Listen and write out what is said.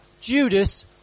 Judas